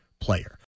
player